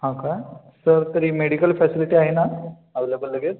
हां कां सर तरी मेडिकल फॅसिलिटी आहे ना अवलेबल लगेच